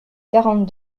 quarante